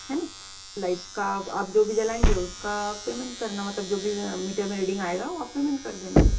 है ना लाइट का आप जो भी जलाएँगी उसका पेमेंट करना मतलब जो भी मीटर में रीडिंग आएगा वह आप पेमेंट कर देना